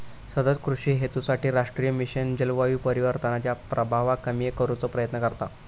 सतत कृषि हेतूसाठी राष्ट्रीय मिशन जलवायू परिवर्तनाच्या प्रभावाक कमी करुचो प्रयत्न करता